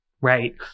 right